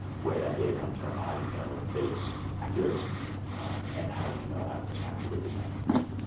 where that data comes from, how you know that it's accurate and how you know how it was calculated and aggregated.